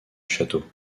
château